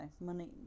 money